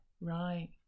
right